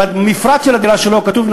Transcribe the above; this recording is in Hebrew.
במפרט של הדירה שלו כתוב,